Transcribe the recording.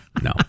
no